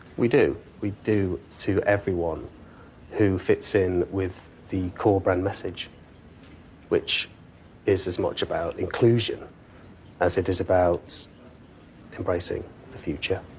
we do, we do to everyone who fits in with the core brand message which is as much about inclusion as it is about embracing the future.